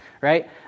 right